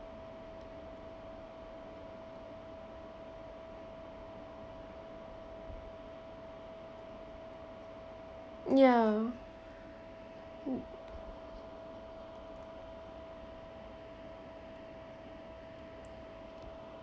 ya mm